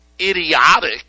idiotic